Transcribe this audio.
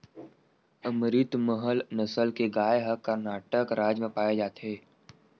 अमरितमहल नसल के गाय ह करनाटक राज म पाए जाथे